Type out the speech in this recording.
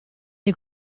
dei